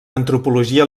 antropologia